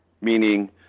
meaning